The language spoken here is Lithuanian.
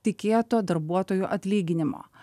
tikėto darbuotojų atlyginimo